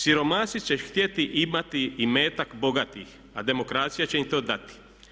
Siromasi će htjeti imati imetak bogatih a demokracija će im to dati.